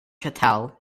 hotel